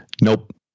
Nope